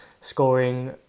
scoring